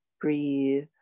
Breathe